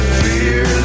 fear